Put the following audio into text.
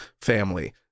family